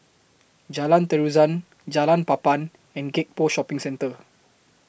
Jalan Terusan Jalan Papan and Gek Poh Shopping Centre